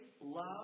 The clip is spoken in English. love